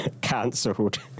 Cancelled